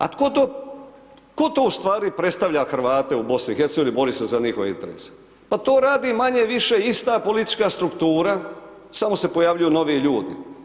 A tko to, tko to ustvari predstavlja Hrvate u BiH ili bori se za njihove interese pa to radi manje-više ista politička struktura, samo se pojavljuju novi ljudi.